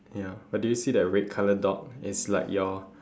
ya but did you see the red colour dot it's like your